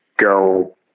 go